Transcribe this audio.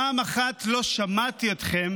פעם אחת לא שמעתי אתכם